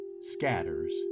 scatters